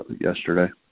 yesterday